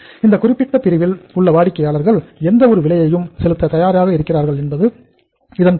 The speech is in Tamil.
இந்த குறிப்பிட்ட பிரிவில் உள்ள வாடிக்கையாளர்கள் எந்த ஒரு விலையையும் செலுத்த தயாராக இருக்கிறார்கள் என்பது இதன் பொருள